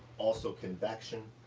also convection,